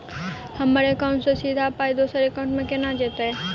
हम्मर एकाउन्ट सँ सीधा पाई दोसर एकाउंट मे केना जेतय?